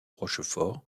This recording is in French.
rochefort